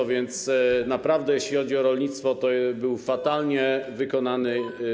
A więc naprawdę jeśli chodzi o rolnictwo, to był fatalnie wykonany budżet.